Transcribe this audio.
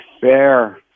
fair